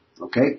Okay